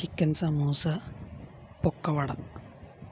chicken samosa പൊക്കവട